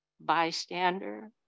bystander